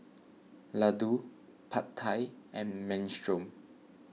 Ladoo Pad Thai and Minestrone